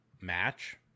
match